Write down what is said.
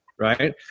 right